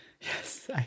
Yes